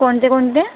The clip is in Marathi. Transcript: कोणते कोणते